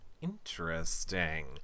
Interesting